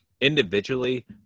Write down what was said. individually